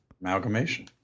amalgamation